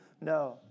No